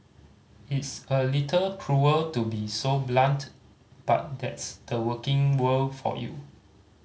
it's a little cruel to be so blunt but that's the working world for you